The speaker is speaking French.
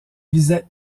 visait